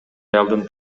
аялдын